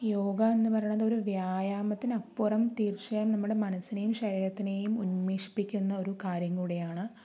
യോഗ എന്ന് പറയുന്നത് ഒരു വ്യായാമത്തിനപ്പുറം തീർച്ചയായും നമ്മുടെ മനസ്സിനേയും ശരീരത്തിനേയും ഉന്മേഷിപ്പിക്കുന്ന ഒരു കാര്യം കൂടിയാണ്